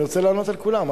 אני רוצה לענות על כולן.